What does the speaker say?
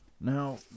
Now